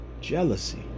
jealousy